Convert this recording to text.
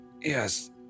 Yes